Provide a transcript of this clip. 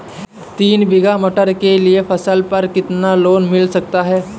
तीन बीघा मटर के लिए फसल पर कितना लोन मिल सकता है?